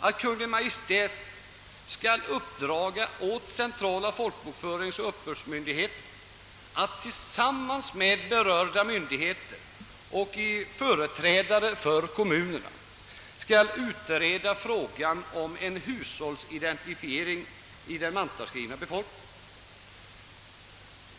att Kungl. Maj:t skall uppdra åt centrala folkbokföringsoch uppbördsmyndigheten att tillsammans med berörda myndigheter och företrädare för kommunerna utreda frågan om en hushållsidentifiering av den mantalsskrivna befolkningen.